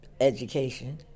education